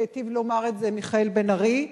והיטיב לומר זאת מיכאל בן-ארי,